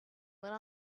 went